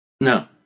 No